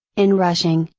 in rushing,